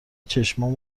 چشمام